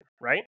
right